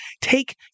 take